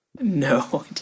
No